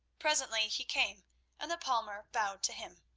presently he came and the palmer bowed to him.